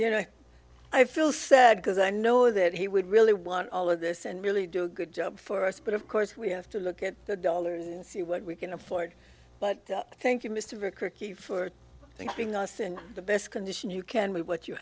you know i feel sad because i know that he would really want all of this and really do a good job for us but of course we have to look at the dollars and see what we can afford but thank you mr rick rick e for thanking us in the best condition you can we what you